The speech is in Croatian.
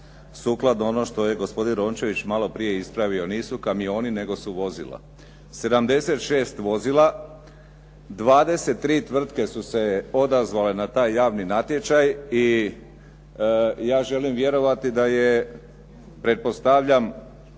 sukladno onome što je gospodin Rončević malo prije ispravio nisu kamioni nego su vozila. 76 vozila, 23 tvrtke su se odazvale na taj javni natječaj i ja želim vjerovati da je pretpostavljam